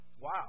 Wow